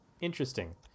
interesting